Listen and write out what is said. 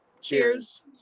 Cheers